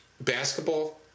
basketball